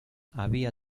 había